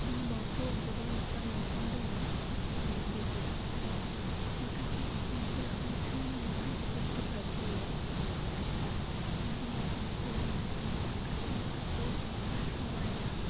बुहुमावथ' गोबां बिफां लाइफां दङ बेनि गेजेरावहाय माखासे बिफांफोराहाय थांनायावहाय जोबोद गोब्राब जायो मानोना बिफां लाइफांफोरनि थाखाय माखासे बारहावाया